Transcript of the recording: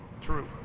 True